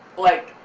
like,